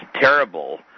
terrible